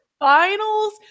finals